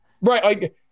Right